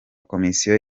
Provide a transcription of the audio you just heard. komisiyo